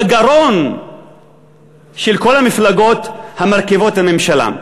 בגרון של כל המפלגות המרכיבות את הממשלה.